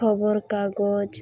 ᱠᱷᱚᱵᱚᱨ ᱠᱟᱜᱚᱡᱽ